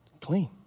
clean